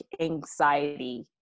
anxiety